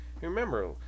Remember